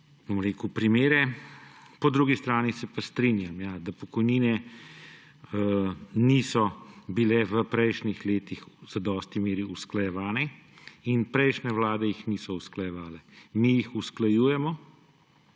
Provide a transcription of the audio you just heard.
različne primere. Po drugi strani se pa strinjam, da pokojnine niso bile v prejšnjih letih v zadostni meri usklajevane in prejšnje vlade jih niso usklajevale. Mi jih usklajujemo